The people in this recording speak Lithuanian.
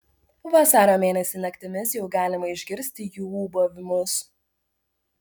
vasario mėnesį naktimis jau galima išgirsti jų ūbavimus